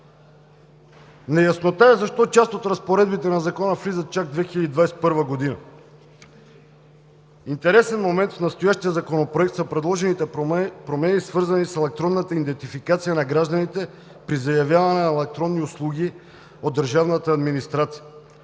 Неяснота е защо част от разпоредбите на Закона влизат чак 2021 г. Интересен момент в настоящия законопроект са предложените промени, свързани с електронната идентификация на гражданите при заявяване на електронни услуги от държавната администрация.